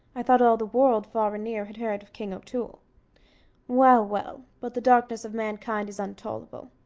i thought all the world, far and near, had heerd of king o'toole well, well but the darkness of mankind is untollable!